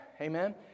Amen